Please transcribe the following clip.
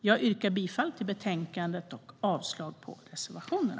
Jag yrkar bifall till utskottets förslag i betänkandet och avslag på reservationerna.